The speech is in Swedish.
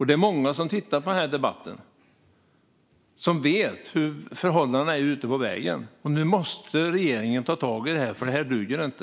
Det är många som tittar på denna debatt, som vet hur förhållandena är ute på vägen. Nu måste regeringen ta tag i detta, för det här duger inte.